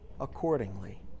accordingly